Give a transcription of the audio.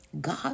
God